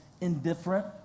Indifferent